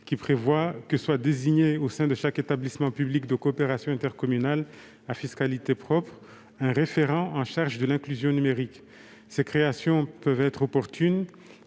qui prévoit que soit désigné, au sein de chaque établissement public de coopération intercommunale (EPCI) à fiscalité propre, un « référent en charge de l'inclusion numérique ». Une telle création peut être opportune